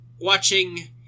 watching